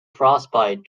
frostbite